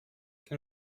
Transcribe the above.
can